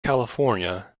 california